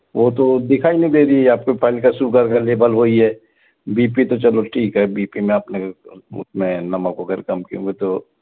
वो तो दिखाई नहीं दे रही है आपका पहले का शुगर का लेवल वही है बी पी तो चलो ठीक है बी पी में आपने उसमें नमक वगैरह कम किया हुआ है तो